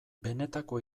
benetako